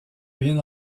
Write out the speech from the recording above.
bien